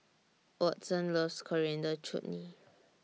Watson loves Coriander Chutney